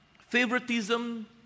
favoritism